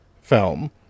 film